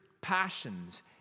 passions